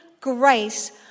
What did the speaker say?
grace